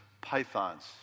pythons